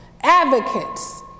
advocates